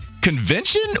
convention